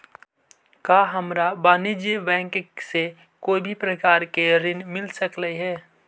का हमरा वाणिज्य बैंक से कोई भी प्रकार के ऋण मिल सकलई हे?